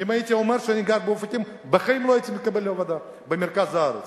אם הייתי אומר שאני גר באופקים בחיים לא הייתי מתקבל לעבודה במרכז הארץ.